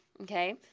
okay